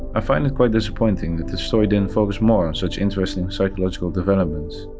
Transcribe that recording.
ah find it quite disappointing that the story didn't focus more on such interesting psychological developments.